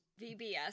VBS